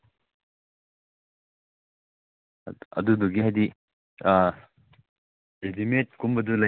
ꯑꯣ ꯍꯥꯏꯗꯤ ꯎꯆꯝꯅ ꯆꯜꯂꯒꯁꯨ ꯑꯗꯩ ꯂꯩꯍꯥꯎꯅ ꯆꯜꯂꯒꯁꯨ ꯃꯃꯟꯁꯤ ꯏꯃꯥꯟꯗ ꯃꯥꯟꯅꯩꯕ ꯑꯗꯨꯒ ꯇꯤꯛꯀꯤꯁꯤꯅ ꯑꯃꯨꯛ ꯈꯔ ꯇꯥꯡꯉꯛꯀꯗꯣꯏꯅꯦꯕ ꯃꯃꯟꯁꯦ